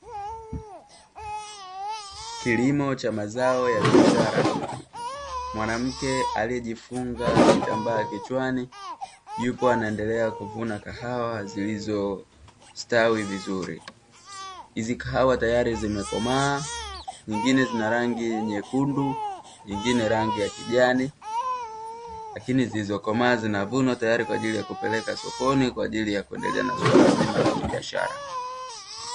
Kilimo cha mazao ya kibiashara, wanamke aliyejifunga kitambaa kichwani, yupo anaendelea kuvuna kahawa zilizostawi vizuri. Hizi kahawa tayari zimekomaa, nyingine zina rangi nyekundu, nyingine rangi ya kijani. Lakini zilizokomaa zinavunwa tayari kwa ajili ya kupeleka sokoni, kwa ajili ya kuendelea na swala zima la kibiashara.